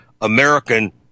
American